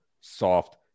soft